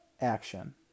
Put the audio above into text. action